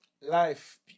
life